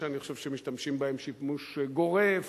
שאני חושב שמשתמשים בהם שימוש גורף